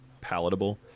palatable